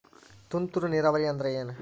ತುಂತುರು ನೇರಾವರಿ ಅಂದ್ರ ಏನ್?